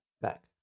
back